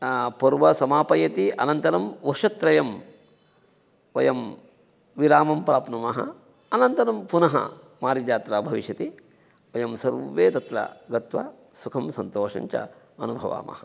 पर्व समापयति अनन्तरं वर्षत्रयं वयं विरामं प्राप्नुमः अनन्तरं पुनः मारीजात्रा भविष्यति वयं सर्वे तत्र गत्वा सुखं सन्तोषञ्च अनुभवामः